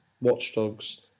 Watchdogs